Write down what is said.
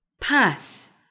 pass